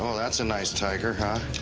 that's a nice tiger, huh.